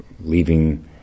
leaving